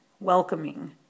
welcoming